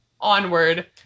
onward